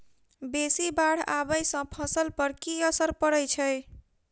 बेसी बाढ़ आबै सँ फसल पर की असर परै छै?